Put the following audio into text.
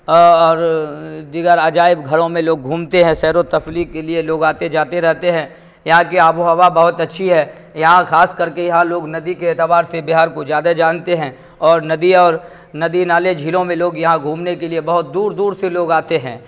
اور دیگر عجائب گھروں میں لوگ گھومتے ہیں سیر و تفریح کے لیے لوگ آتے جاتے رہتے ہیں یہاں کی آب و ہوا بہت اچھی ہے یہاں خاص کر کے یہاں لوگ ندی کے اعتبار سے بہار کو زیادہ جانتے ہیں اور ندی اور ندی نالے جھیلوں میں لوگ یہاں گھومنے کے لیے بہت دور دور سے لوگ آتے ہیں